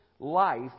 Life